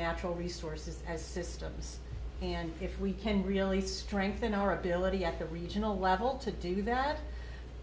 natural resources as systems and if we can really strengthen our ability at the regional level to do that